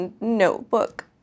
notebook